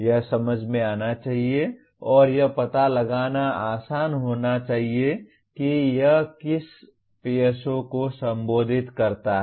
यह समझ में आना चाहिए और यह पता लगाना आसान होना चाहिए कि यह किस PSO को संबोधित करता है